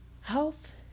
health